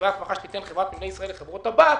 בכתבי ההסמכה שתיתן חברת נמלי ישראל לחברות הבת